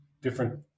different